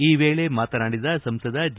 ಈ ವೇಳೆ ಮಾತನಾಡಿದ ಸಂಸದ ಜಿ